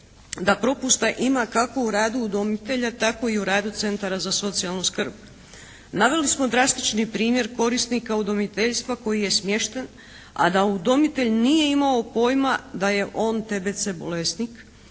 da propusta ima kako u radu udomitelja tako i u radu centara za socijalnu skrb. Naveli smo drastični primjer korisnika udomiteljstva koji je smješten a da udomitelj nije imao pojma da je on TBC bolesnik